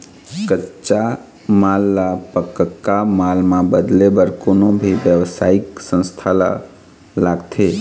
कच्चा माल ल पक्का माल म बदले बर कोनो भी बेवसायिक संस्था ल लागथे